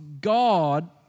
God